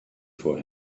for